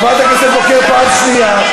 חברת הכנסת בוקר, פעם שנייה.